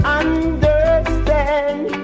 understand